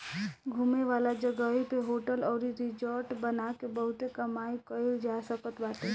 घूमे वाला जगही पअ होटल अउरी रिजार्ट बना के बहुते कमाई कईल जा सकत बाटे